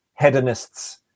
hedonists